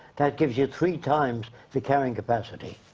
that gives you three times the carrying capacity.